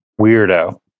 weirdo